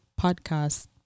podcast